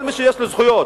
כל מי שיש לו זכויות,